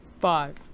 five